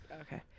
Okay